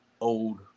old